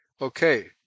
Okay